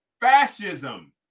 fascism